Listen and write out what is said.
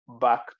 back